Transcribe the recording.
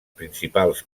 principals